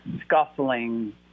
scuffling